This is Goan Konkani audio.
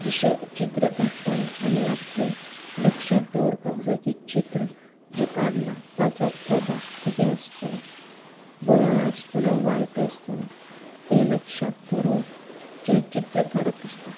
जशें चित्र काडटना आमी आपलें लक्षाक दवरपाक जाय की चित्र जें काडलां ताचो प्रभाव कितें आसतलो बरोय आसतलो वायट आसतलो तें लक्षांत धरून जें चित्र काडप आसता